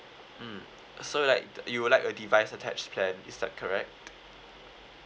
mm so like you will like a device attached plan is that correct